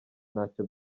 ntacyo